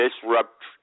disrupt